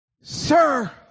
Sir